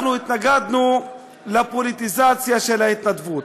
אנחנו התנגדנו לפוליטיזציה של ההתנדבות.